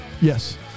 Yes